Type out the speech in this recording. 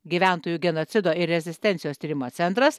gyventojų genocido ir rezistencijos tyrimo centras